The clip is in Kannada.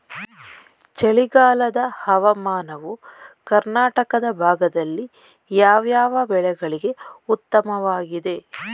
ಚಳಿಗಾಲದ ಹವಾಮಾನವು ಕರ್ನಾಟಕದ ಭಾಗದಲ್ಲಿ ಯಾವ್ಯಾವ ಬೆಳೆಗಳಿಗೆ ಉತ್ತಮವಾಗಿದೆ?